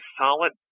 solid